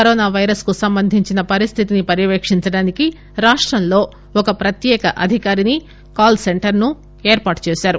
corona virus కు సంబంధించిన పరిస్థితిని పర్యవేకించడానికి రాష్టంలో ఒక ప్రత్యేక అధికారినీ కాల్ సెంటర్ ఏర్పాటు చేశారు